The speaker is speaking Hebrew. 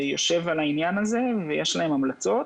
שיושב על העניין הזה ויש להם המלצות.